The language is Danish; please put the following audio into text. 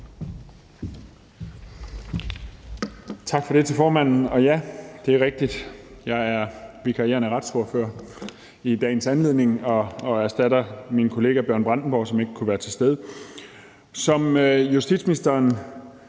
Tak for det til formanden. Og ja, det er rigtigt, jeg er vikarierende retsordfører i dagens anledning og erstatter min kollega Bjørn Brandenborg, som ikke kunne være til stede. Som justitsministeren